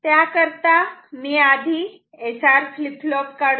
त्याकरता मी आधी SR फ्लीप फ्लॉप काढतो